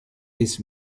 ist